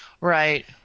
Right